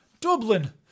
Dublin